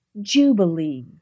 Jubilee